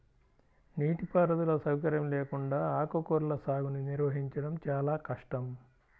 నీటిపారుదల సౌకర్యం లేకుండా ఆకుకూరల సాగుని నిర్వహించడం చాలా కష్టం